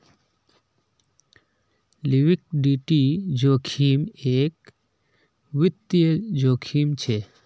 liquidity जोखिम एक वित्तिय जोखिम छे